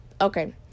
okay